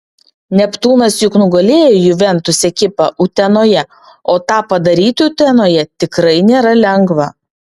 neptūnas juk nugalėjo juventus ekipą utenoje o tą padaryti utenoje tikrai nėra lengva